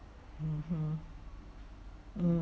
mm mm